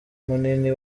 munini